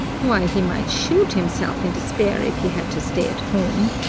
why, he might shoot himself in despair if he had to stay at home!